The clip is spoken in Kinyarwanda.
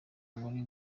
muri